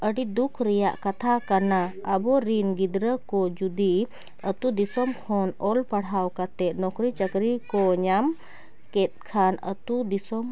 ᱟᱹᱰᱤ ᱫᱩᱠ ᱨᱮᱭᱟᱜ ᱠᱟᱛᱷᱟ ᱠᱟᱱᱟ ᱟᱵᱚᱨᱤᱱ ᱜᱤᱫᱽᱨᱟᱹᱠᱚ ᱡᱩᱫᱤ ᱟᱛᱳ ᱫᱤᱥᱚᱢ ᱠᱷᱚᱱ ᱚᱞᱼᱯᱟᱲᱦᱟᱣ ᱠᱟᱛᱮ ᱱᱩᱠᱨᱤ ᱪᱟᱹᱠᱨᱤᱠᱚ ᱧᱟᱢᱠᱮᱫ ᱠᱷᱟᱱ ᱟᱛᱳ ᱫᱤᱥᱚᱢ